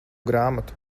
grāmatu